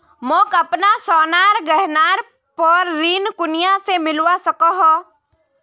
मोक अपना सोनार गहनार पोर ऋण कुनियाँ से मिलवा सको हो?